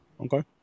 okay